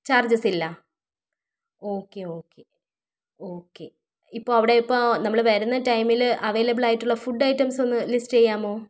charges ഇല്ല okay okay okay ഇപ്പോൾ അവിടെ ഇപ്പോൾ വരുന്ന ടൈമിൽ അവൈലബിളായിട്ടുള്ള ഫുഡ് ഐറ്റംസ് ഒന്ന് ലിസ്റ്റ് ചെയ്യാമോ